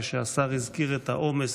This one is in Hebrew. כשהשר הזכיר את העומס